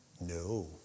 No